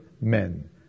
men